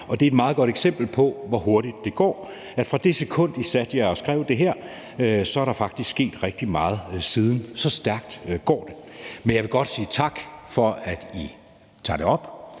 og det er et meget godt eksempel på, hvor hurtigt det går: Fra det sekund I satte jer og skrev det her, er der faktisk sket rigtig meget siden. Så stærkt går det. Men jeg vil godt sige tak for, at I tager det op.